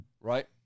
Right